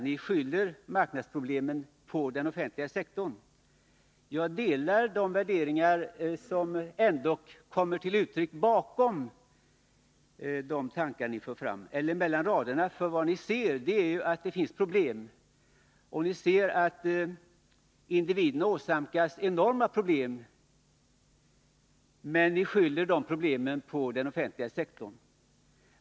Ni skyller marknadsproblemen på den offentliga sektorn. Jag delar de värderingar som ändock kommer till uttryck så att säga mellan raderna. Ni ser ju att det finns problem, ni ser att individerna åsamkas enorma problem, men ni skyller dessa problem på den offentliga sektorn.